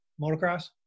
motocross